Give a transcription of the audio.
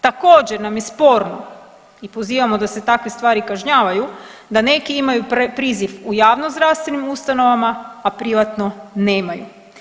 Također nam je sporno i pozivamo da se takve stvari kažnjavaju da neki imaju priziv u javnozdravstvenim ustanovama, a privatno nemaju.